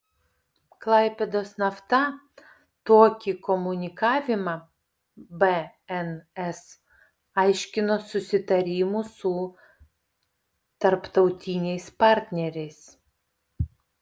klaipėdos nafta tokį komunikavimą bns aiškino susitarimu su tarptautiniais partneriais